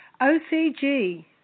OCG